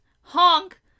honk